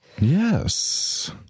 yes